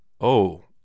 Oh